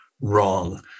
wrong